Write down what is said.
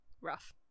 Rough